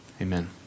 Amen